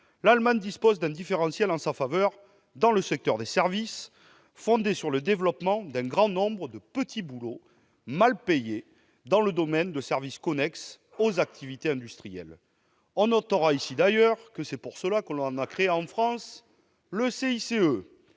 l'Allemagne dispose d'un différentiel en sa faveur dans le secteur des services, fondé sur le développement d'un grand nombre de « petits boulots » mal payés dans le domaine des services connexes aux activités industrielles. D'ailleurs, c'est pour cette raison que l'on a créé en France le CICE,